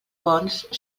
bons